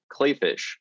Clayfish